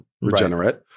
regenerate